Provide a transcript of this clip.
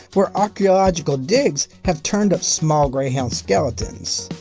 where archaeological digs have turned up small greyhound skeletons.